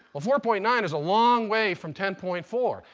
four point nine is a long way from ten point four.